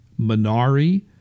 Minari